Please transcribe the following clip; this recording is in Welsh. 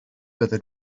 fyddi